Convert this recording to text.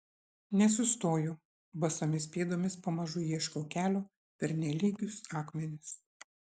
nesustoju basomis pėdomis pamažu ieškau kelio per nelygius akmenis